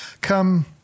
come